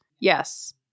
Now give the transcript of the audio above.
Yes